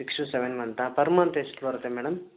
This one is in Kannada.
ಸಿಕ್ಸ್ ಟು ಸೆವೆನ್ ಮಂತಾ ಪರ್ ಮಂತ್ ಎಷ್ಟು ಬರುತ್ತೆ ಮೇಡಮ್